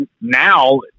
now